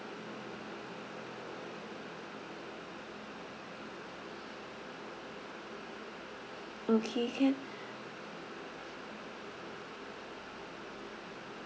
okay can